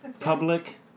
Public